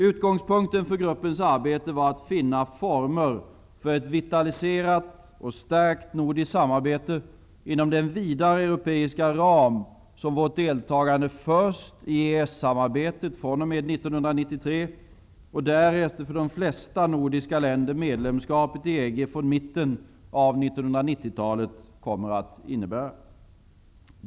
Utgångspunkten för gruppens arbete var att finna former för ett vitaliserat och stärkt nordiskt samarbete inom den vidare europeiska ram som vårt deltagande först i EES-samarbetet fr.o.m. 1993 och därefter för de flesta nordiska länder medlemskapet i EG från mitten av 1990-talet kommer att innebära.